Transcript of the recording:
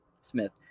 Smith